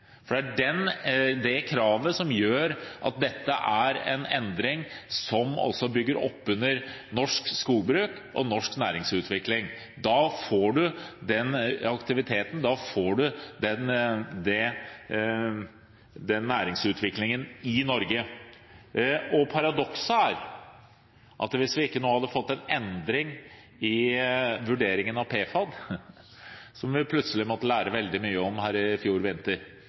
for det er det kravet som gjør at dette er en endring som bygger oppunder norsk skogbruk og norsk næringsutvikling. Da får man den aktiviteten, da får man den næringsutviklingen i Norge. Paradokset er at hvis vi ikke hadde fått en endring i vurderingen av PFAD – som vi plutselig måtte lære veldig mye om i fjor